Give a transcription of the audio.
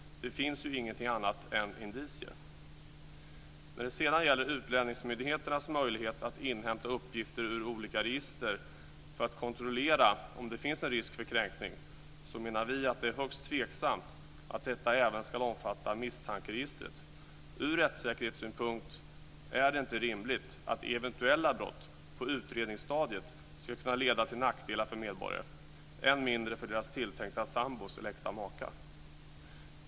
Det finns ju ingenting annat än indicier. När det sedan gäller utlänningsmyndigheternas möjlighet att inhämta uppgifter ur olika register för att kontrollera om det finns en risk för kränkning menar vi att det är högst tveksamt att den även ska omfatta misstankeregistret. Ur rättssäkerhetssynpunkt är det inte rimligt att eventuella brott på utredningsstadiet ska kunna leda till nackdelar för medborgare än mindre för deras tilltänkta sambor eller äkta makar.